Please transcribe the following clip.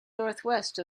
northwest